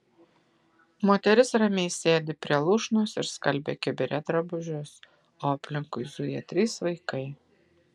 moteris ramiai sėdi prie lūšnos ir skalbia kibire drabužius o aplinkui zuja trys vaikai